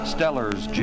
Stellar's